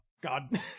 God